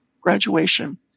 graduation